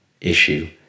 issue